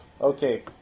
Okay